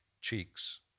cheeks